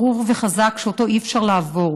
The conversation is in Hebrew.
ברור וחזק שאותו אי-אפשר לעבור,